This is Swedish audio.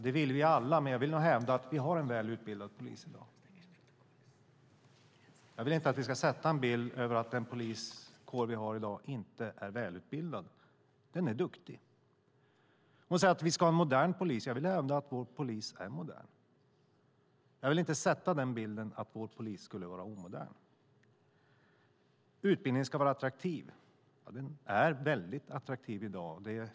Det vill vi alla, men jag vill nog hävda att vi har en väl utbildad polis i dag. Jag vill inte att vi ska sätta bilden av att den poliskår vi har i dag inte är välutbildad. Den är duktig. Hon säger att vi ska ha en modern polis. Jag vill hävda att vår polis är modern. Jag vill inte sätta bilden att vår polis skulle vara omodern. Utbildningen ska vara attraktiv, säger hon. Den är väldigt attraktiv i dag.